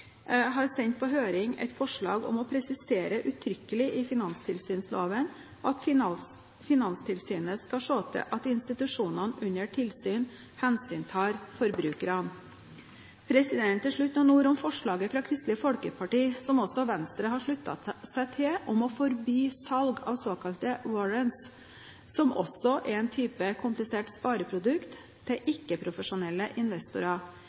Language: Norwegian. har sendt på høring et forslag om å presisere utrykkelig i finanstilsynsloven at Finanstilsynet skal se til at institusjonene under tilsyn hensyntar forbrukerne. Til slutt noen ord om forslaget fra Kristelig Folkeparti, som også Venstre har sluttet seg til, om å forby salg av såkalte warrants – som også er en type komplisert spareprodukt – til ikke-profesjonelle investorer.